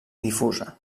difusa